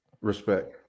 Respect